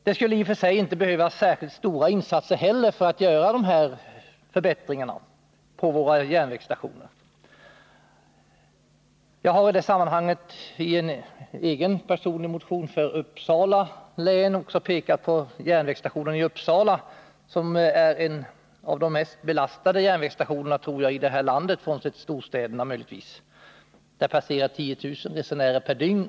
Det skulle i och för sig inte behövas särskilt stora insatser för att åstadkomma önskvärda förbättringar. I en motion som gäller Uppsala län har jag pekat på järnvägsstationen i Uppsala som troligen är en av de mest belastade i landet, möjligtvis frånsett storstäderna. Vid Uppsala C passerar 10 000 resenärer per dygn.